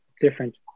different